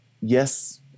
yes